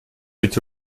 эти